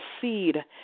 seed